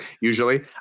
usually